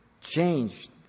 changed